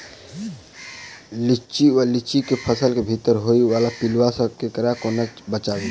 लिच्ची वा लीची केँ फल केँ भीतर होइ वला पिलुआ सऽ एकरा कोना बचाबी?